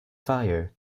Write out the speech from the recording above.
fire